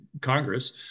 Congress